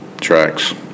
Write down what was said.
Tracks